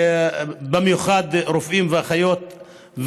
במיוחד רופאים ואחיות,